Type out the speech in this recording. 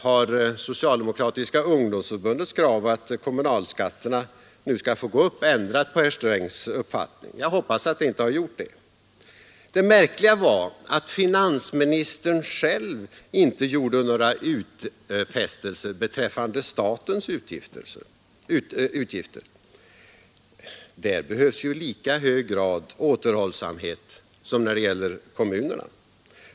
Har Socialdemokratiska ungdomsförbundets krav att kommunalskatterna nu skall få gå upp ändrat på herr Strängs uppfattning? Jag hoppas inte det. Det märkliga var att finansministern inte själv gjorde några utfästelser beträffande statens utgifter. Där behövs i lika hög grad återhållsamhet som när det gäller kommunerna.